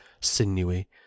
sinewy